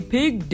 Pig